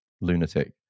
lunatic